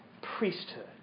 priesthood